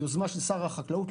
יוזמת שר החקלאות,